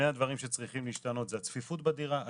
שלושת הדברים שצריכים להשתנות זה הצפיפות בדירה,